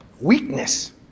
Weakness